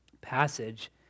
passage